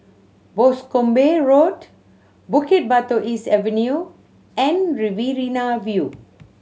Boscombe Road Bukit Batok East Avenue and Riverina View